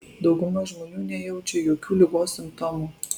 dauguma žmonių nejaučia jokių ligos simptomų